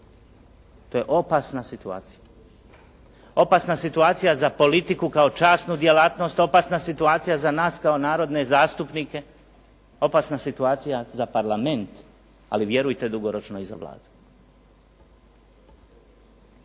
to je opasna situacija. Opasna situacija za politiku kao časnu djelatnost, opasna situacija za nas kao narodne zastupnike, opasna situacija za Parlament, ali vjerujte dugoročno i za Vladu.